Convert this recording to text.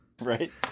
Right